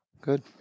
Good